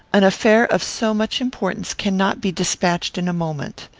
an affair of so much importance cannot be despatched in a moment.